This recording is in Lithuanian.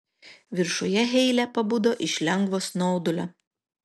viršuje heile pabudo iš lengvo snaudulio